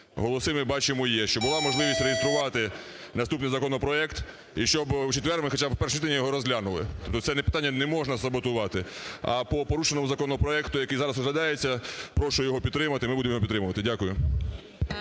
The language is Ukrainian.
голоси, ми бачимо, є, - щоб була можливість реєструвати наступний законопроект і щоб у четвер ми хоча би в першому читанні його розглянули. Це питання не можна саботувати. А по порушеному законопроекту, який зараз розглядається, прошу його підтримати. Ми будемо його підтримувати. Дякую.